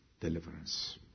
deliverance